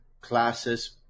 classes